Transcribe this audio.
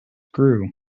grew